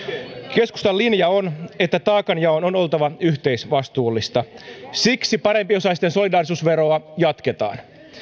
keskustan linja on että taakanjaon on oltava yhteisvastuullista siksi parempiosaisten solidaarisuusveroa jatketaan